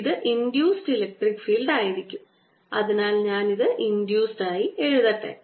ഇത് induced electric field ആയിരിക്കും അതിനാൽ ഞാൻ ഇത് ഇൻഡ്യൂസ്ഡ് ആയി എഴുതട്ടെ